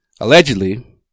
allegedly